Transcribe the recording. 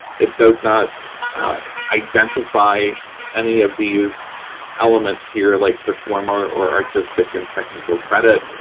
it does not identify any of these elements here like performer or artistic and technical credit.